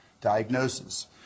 diagnosis